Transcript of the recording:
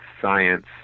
science